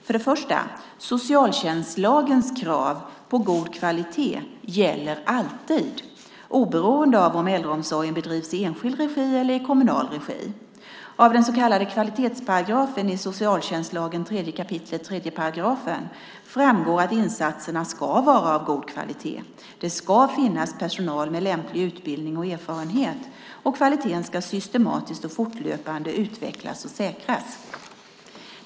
För det första: Socialtjänstlagens krav på god kvalitet gäller alltid, oberoende av om äldreomsorgen bedrivs i enskild regi eller i kommunal regi. Av den så kallade kvalitetsparagrafen i socialtjänstlagen 3 kap. 3 § framgår att insatserna ska vara av god kvalitet, det ska finnas personal med lämplig utbildning och erfarenhet och kvaliteten ska systematiskt och fortlöpande utvecklas och säkras.